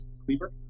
Cleaver